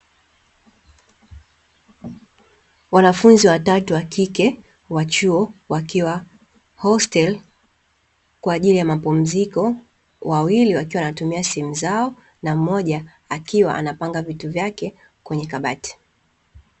Wanafunzi watatu wa kike wa chuo wakiwa hostel kwa ajili ya mapumziko, wawili wakiwa wanatumia simu zao na mmoja akiwa anapanga vitu vyake kwenye kabati.